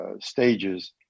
stages